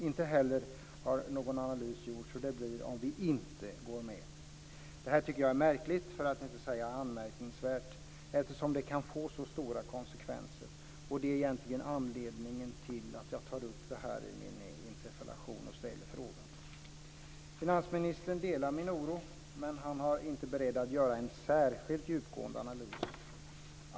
Inte heller har någon analys gjorts av hur det blir om vi inte går med. Jag tycker att det är märkligt, för att inte säga anmärkningsvärt, eftersom det kan få så stora konsekvenser. Det är egentligen anledningen till att jag tar upp detta i min interpellation och ställer frågan. Finansministern delar min oro, men han är inte beredd att göra en särskilt djupgående analys.